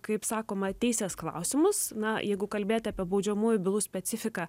kaip sakoma teisės klausimus na jeigu kalbėti apie baudžiamųjų bylų specifiką